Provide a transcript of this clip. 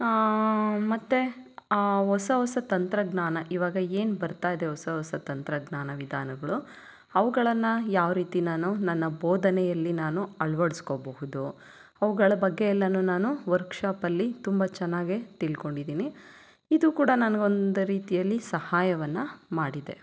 ಮತ್ತೆ ಆ ಹೊಸ ಹೊಸ ತಂತ್ರಜ್ಞಾನ ಇವಾಗ ಏನು ಬರ್ತಾಯಿದೆ ಹೊಸ ಹೊಸ ತಂತ್ರಜ್ಞಾನ ವಿಧಾನಗಳು ಅವುಗಳನ್ನು ಯಾವ ರೀತಿ ನಾನು ನನ್ನ ಬೋಧನೆಯಲ್ಲಿ ನಾನು ಅಳವಡ್ಸ್ಕೋಬಹುದು ಅವುಗಳ ಬಗ್ಗೆ ಎಲ್ಲ ನಾನು ವರ್ಕ್ಶಾಪ್ ಅಲ್ಲಿ ತುಂಬ ಚೆನ್ನಾಗಿಯೇ ತಿಳ್ಕೊಂಡಿದ್ದೀನಿ ಇದು ಕೂಡ ನನಗೊಂದು ರೀತಿಯಲ್ಲಿ ಸಹಾಯವನ್ನು ಮಾಡಿದೆ